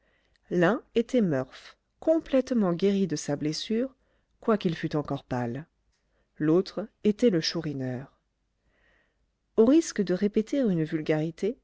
l'un était murph complètement guéri de sa blessure quoiqu'il fût encore pâle l'autre était le chourineur au risque de répéter une vulgarité